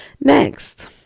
Next